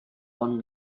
bon